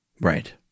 Right